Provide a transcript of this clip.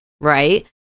right